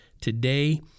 today